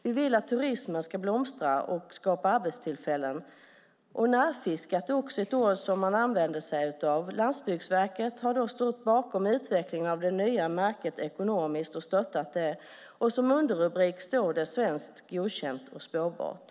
Vi vill att turismen ska blomstra och skapa arbetstillfällen. Närfiskat är också ett ord som man använder sig av. Landsbygdsverket har stått bakom utvecklingen av det nya märket ekonomiskt och stöttat det. Underrubriken är: Svenskt, godkänt och spårbart.